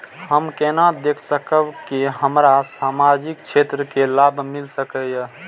हम केना देख सकब के हमरा सामाजिक क्षेत्र के लाभ मिल सकैये?